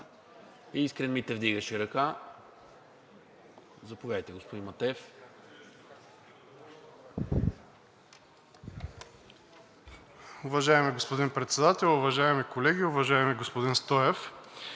Искрен Митев вдигаше ръка. Заповядайте, господин Матеев.